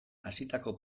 hasitako